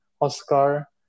Oscar